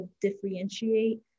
differentiate